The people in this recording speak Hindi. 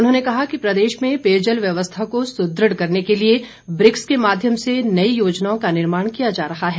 उन्होंने कहा कि प्रदेश में पेयजल व्यवस्था को सुदृढ़ करने के लिए ब्रिक्स के माध्यम से नई योजनाओं का निर्माण किया जा रहा है